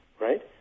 Right